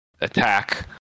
attack